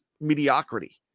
mediocrity